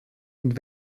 und